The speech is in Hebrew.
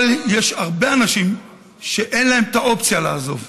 אבל יש הרבה אנשים שאין להם את האופציה לעזוב,